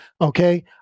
okay